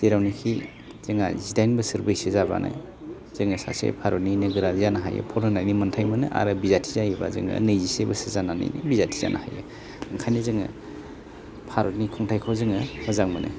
जेरावनाखि जोंहा जिदाइन बोसोर बैसो जाबानो जोङो सासे भारतनि नोगोरारि जानो हायो भट होनायनि मोनथाय मोनो आरो बिजाथि जायोबा जोङो नैजिसे बोसोर जानानैनो बिजाथि जानो हायो ओंखायनो जोङो भारतनि खुंथाइखौ जोङो मोजां मोनो